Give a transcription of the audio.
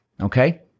Okay